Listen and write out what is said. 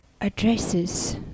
addresses